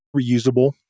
reusable